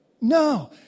No